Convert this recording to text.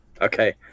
Okay